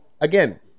again